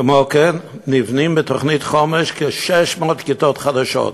כמו כן, נבנות בתוכנית חומש כ-600 כיתות חדשות,